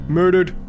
murdered